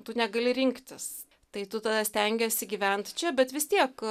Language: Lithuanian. tu negali rinktis tai tu tada stengiesi gyvent čia bet vis tiek